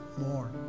more